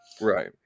Right